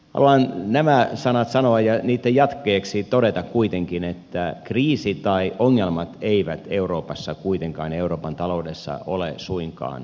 haluan nämä sanat sanoa ja niitten jatkeeksi todeta kuitenkin että kriisi tai ongelmat eivät euroopassa kuitenkaan euroopan taloudessa ole suinkaan ohitse